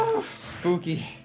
spooky